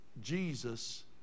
Jesus